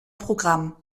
programm